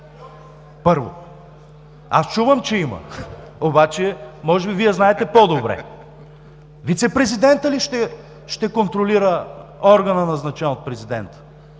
„Има.“ Аз чувам, че има, обаче може би Вие знаете по-добре. Вицепрезидентът ли ще контролира органа, назначен от президента?